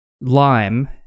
Lime